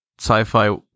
sci-fi